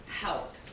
help